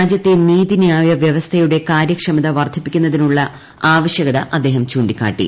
രാജ്യത്തെ നീതിന്യായ വ്യവസ്ഥയുടെ കാര്യക്ഷമത വർദ്ധിപ്പിക്കുന്നതിനുള്ള ആവശ്യകത അദ്ദേഹം ചൂണ്ടിക്കാട്ടി